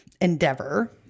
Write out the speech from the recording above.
endeavor